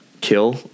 kill